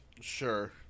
Sure